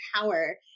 power